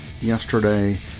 yesterday